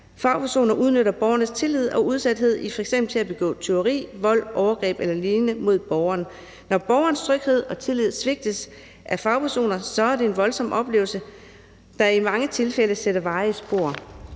fagpersoner udnytte borgernes tillid og udsathed, f.eks. til at begå tyveri, vold, overgreb eller lignende mod borgeren. Når borgerens tryghed og tillid svigtes af fagpersoner, er det en voldsom oplevelse, der i mange tilfælde sætter varige spor.